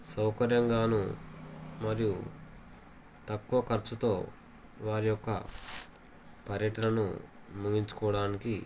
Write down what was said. సౌకర్యంగానూ మరియు తక్కువ ఖర్చుతో వారి యొక్క పర్యటనను ముగించుకోడానికి